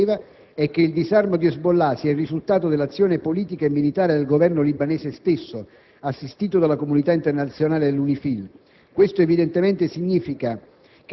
«L'impianto della risoluzione delle Nazioni Unite è che il disarmo di Hezbollah sia il risultato dell'azione politica e militare del Governo libanese stesso, assistito dalla comunità internazionale e dall'UNIFIL.